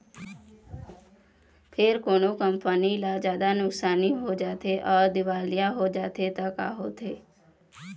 फेर कोनो कंपनी ल जादा नुकसानी हो जाथे अउ दिवालिया हो जाथे त का होथे?